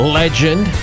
legend